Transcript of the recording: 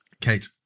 Kate